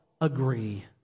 agree